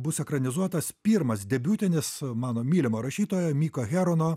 bus ekranizuotas pirmas debiutinis mano mylimo rašytojo miko herono